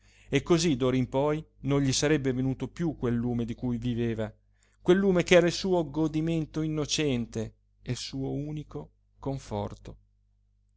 e cosí d'ora in poi non gli sarebbe venuto piú quel lume di cui viveva quel lume ch'era il suo godimento innocente e il suo unico conforto